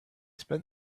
spent